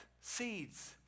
seeds